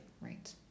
right